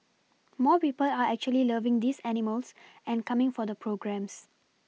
more people are actually loving these animals and coming for the programmes